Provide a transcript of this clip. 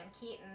Keaton